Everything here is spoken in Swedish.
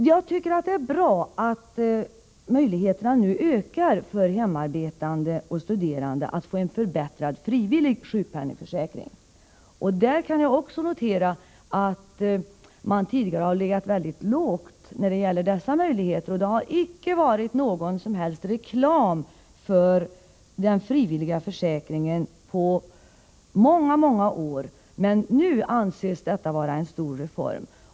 Jag tycker att det är bra att möjligheterna nu ökar för hemarbetande och studerande att få en förbättrad frivillig sjukpenningförsäkring. Man har tidigare legat mycket lågt när det gällt dessa möjligheter. Under många år har det inte gjorts någon som helst reklam för den frivilliga försäkringen, men nu anses det vara en stor reform.